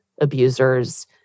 abusers